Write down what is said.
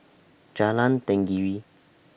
Jalan Tenggiri